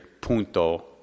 Punto